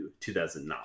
2009